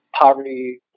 poverty